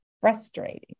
frustrating